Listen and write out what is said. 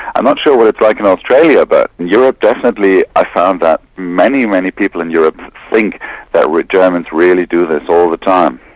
i'm not sure what it's like in australia but in europe definitely i found that many, many people in europe think that we germans really do this all the time.